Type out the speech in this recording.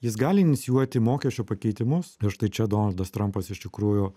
jis gali inicijuoti mokesčių pakeitimus ir štai čia donaldas trumpas iš tikrųjų